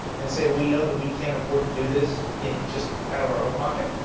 and say we know that we can't afford to do this in, just out of our own pocket.